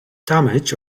damage